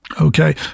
Okay